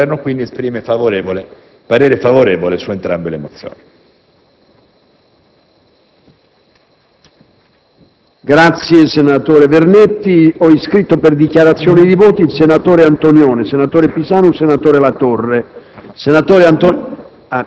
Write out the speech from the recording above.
del nostro Paese. Il Governo esprime pertanto parere favorevole su entrambi le mozioni.